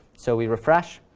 so we refresh,